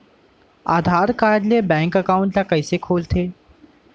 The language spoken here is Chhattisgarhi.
आधार कारड ले बैंक एकाउंट ल कइसे खोलथे?